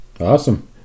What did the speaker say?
Awesome